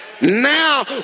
Now